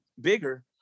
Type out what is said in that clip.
bigger